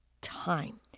time